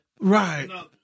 Right